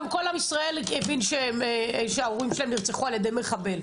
גם כל עם ישראל הבין שההורים שלהם נרצחו על ידי מחבל.